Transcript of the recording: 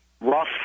rough